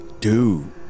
dude